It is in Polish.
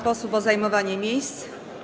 posłów o zajmowanie miejsc.